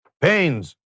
pains